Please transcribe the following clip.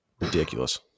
Ridiculous